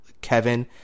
Kevin